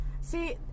See